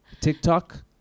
TikTok